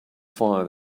fire